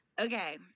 Okay